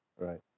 Right